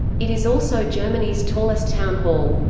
it is also germany's tallest town hall.